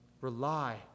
rely